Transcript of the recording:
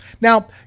Now